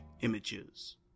images